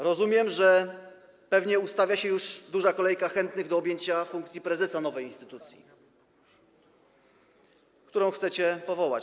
Rozumiem, że pewnie ustawia się już długa kolejka chętnych do objęcia funkcji prezesa nowej instytucji, którą chcecie powołać.